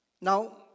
Now